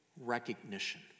recognition